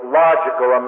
logical